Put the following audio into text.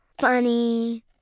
funny